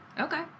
Okay